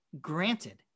granted